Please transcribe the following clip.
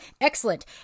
Excellent